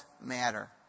matter